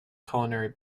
culinary